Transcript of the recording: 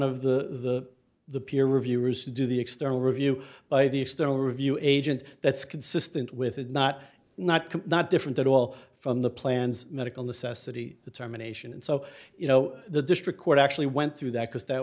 of the the peer reviewers to do the external review by the external review agent that's consistent with it not not that different at all from the plans medical necessity determination and so you know the district court actually went through that because that